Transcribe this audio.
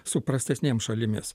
su prastesnėm šalimis